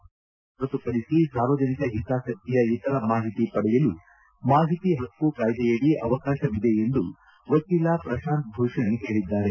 ಗುಪ್ತಚರ ಮಾಹಿತಿ ಹೊರತುಪಡಿಸಿ ಸಾರ್ವಜನಿಕ ಹಿತಾಸಕ್ತಿಯ ಇತರ ಮಾಹಿತಿಗಳು ಪಡೆಯಲು ಮಾಹಿತಿ ಹಕ್ಕು ಕಾಯ್ದೆಯಡಿ ಅವಕಾಶವಿದೆ ಎಂದು ವಕೀಲ ಪ್ರತಾಂತ್ ಭೂಷಣ್ ಹೇಳಿದ್ದಾರೆ